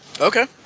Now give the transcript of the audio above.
Okay